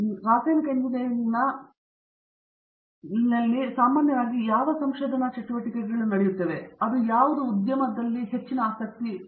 ಆದರೆ ರಾಸಾಯನಿಕ ಎಂಜಿನಿಯರಿಂಗ್ ಸಾಮಾನ್ಯ ಕ್ಷೇತ್ರದಲ್ಲಿ ಯಾವ ಸಂಶೋಧನಾ ಚಟುವಟಿಕೆಗಳು ನಡೆಯುತ್ತವೆ ಎಂಬುದರ ಬಗ್ಗೆ ಉದ್ಯಮವು ಯಾವ ಮಟ್ಟದಲ್ಲಿ ಆಸಕ್ತಿ ಹೊಂದಿದೆ